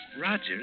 Roger